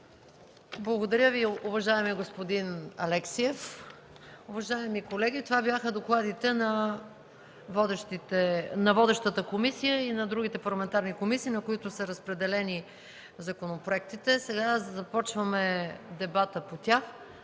Благодаря Ви, уважаеми господин Алексиев. Уважаеми колеги, това бяха докладите на водещата комисия и на другите парламентарни комисии, на които са разпределени законопроектите. Сега започваме дебата по тях.